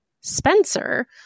Spencer